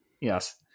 yes